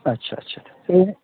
আচ্ছা আচ্ছা